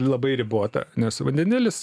labai ribota nes vandenilis